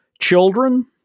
children